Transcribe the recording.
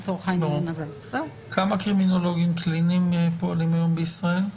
כמה קרימינולוגים קליניים פועלים היום בישראל?